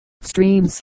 streams